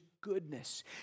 goodness